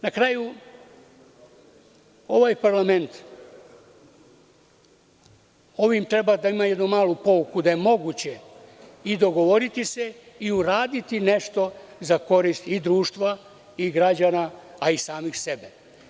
Na kraju, ovaj parlament ovim treba da ima jednu malu pouku, da je moguće i dogovoriti se i uraditi nešto za korist i društva i građana, a i samih sebe.